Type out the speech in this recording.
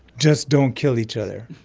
just don't kill each other.